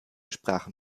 sprachen